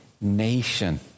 nation